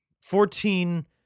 Fourteen